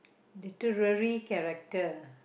literally character